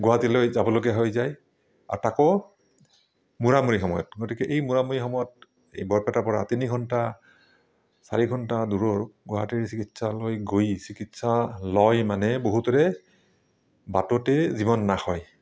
গুৱাহাটীলৈ যাবলগীয়া হৈ যায় আৰু তাকো মূৰামূৰি সময়ত গতিকে এই মূৰামূৰি সময়ত এই বৰপেটাৰ পৰা তিনিঘণ্টা চাৰিঘণ্টা দূৰৰ গুৱাহাটীৰ চিকিৎসালয় গৈ চিকিৎসা লয় মানে বহুতৰে বাটতেই জীৱন নাশ হয়